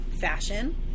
fashion